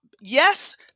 Yes